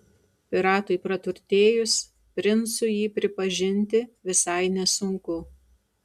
piratui praturtėjus princu jį pripažinti visai nesunku